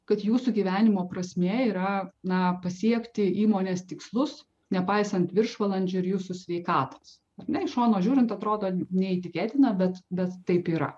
kad jūsų gyvenimo prasmė yra na pasiekti įmonės tikslus nepaisant viršvalandžių ir jūsų sveikatos na iš šono žiūrint atrodo neįtikėtina bet bet taip yra